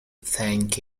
thank